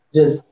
Yes